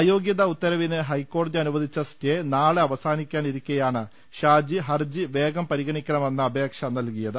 അയോഗ്യത ഉത്തരവിന് ഹൈക്കോടതി അനുവദിച്ച സ്റ്റേ നാളെ അവസാനിക്കാനിരിക്കെയാണ് ഷാജി ഹർജി വേഗം പരിഗണിക്കണമെന്ന അപേക്ഷ നൽകിയത്